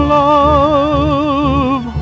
love